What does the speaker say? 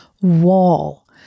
wall